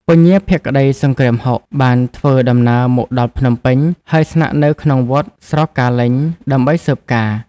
ពញាភក្តីសង្គ្រាមហុក បានធ្វើដំណើរមកដល់ភ្នំពេញ ហើយស្នាក់នៅក្នុង វត្តស្រកាលេញ ដើម្បីស៊ើបការណ៍។